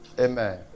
Amen